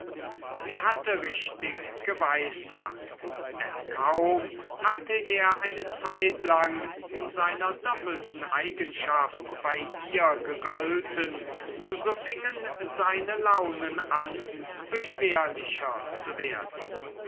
sie hatte richtig geweissagt denn kaum hatte er eine zeitlang in seiner doppelten eigenschaft bei ihr gegolten so fingen seine launen an beschwerlicher zu werden